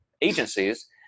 agencies